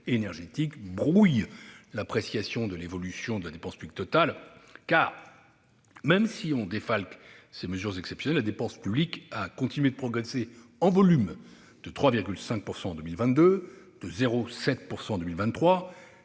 énergétique brouille l'appréciation de l'évolution de la dépense publique totale. Même si l'on défalque ces mesures exceptionnelles, la dépense publique a continué de progresser en volume de 3,5 % en 2022 et de 0,7 % en 2023,